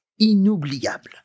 inoubliable